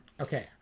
Okay